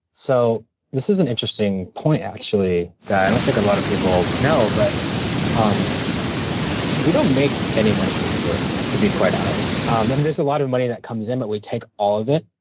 so this is an interesting point, actually, that i don't think a lot of people know, but um we don't make any money from touring, to be quite honest. and i mean, there's a lot of money that comes in, but we take all of it,